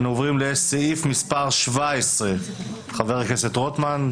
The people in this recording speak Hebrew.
אנו עוברים לסעיף מס' 17. חבר הכנסת רוטמן,